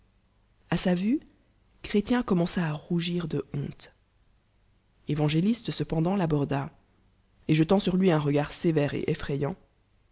a sa vue chrétien coidmenc a il rougir de honte évangéliste cependant l'aborda et jetant sur lui un regard sévère et effrayant